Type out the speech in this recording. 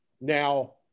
Now